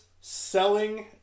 selling